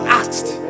asked